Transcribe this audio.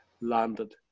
landed